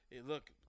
look